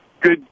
good